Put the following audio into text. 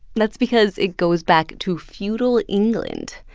that's because it goes back to feudal england.